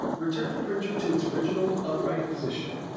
return the printer to its original upright position.